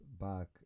back